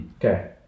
Okay